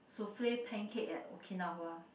souffle pancake at Okinawa